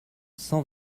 cent